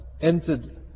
entered